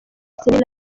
semi